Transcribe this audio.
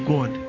God